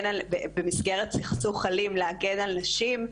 במסגרת סכסוך אלים, בעצם להגן על נשים,